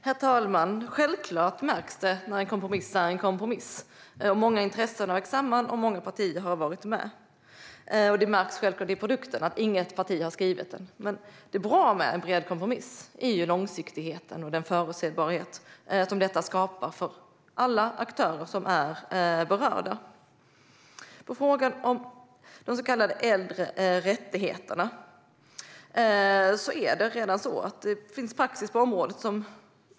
Herr talman! Självklart märks det när en kompromiss är en kompromiss. Många intressen har vägts samman, och många partier har varit med. Det märks självklart i produkten att inget parti ensamt har skrivit den, men det som är bra med en bred kompromiss är långsiktigheten och den förutsägbarhet som detta skapar för alla aktörer som är berörda. När det gäller frågan om de så kallade äldre rättigheterna finns det redan en praxis på området.